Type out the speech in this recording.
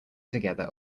together